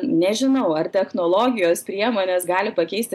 nežinau ar technologijos priemonės gali pakeisti